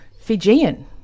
Fijian